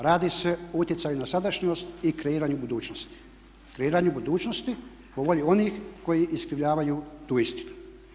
Radi se o utjecaju na sadašnjost i kreiranju budućnosti, kreiranju budućnosti po volji onih koji iskrivljavaju tu istinu.